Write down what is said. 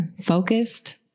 focused